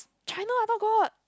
China I thought got